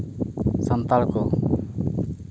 ᱥᱟᱱᱛᱟᱲ ᱠᱚ